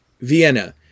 Vienna